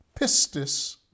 pistis